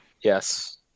Yes